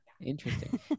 interesting